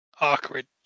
awkward